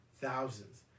thousands